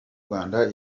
rwanda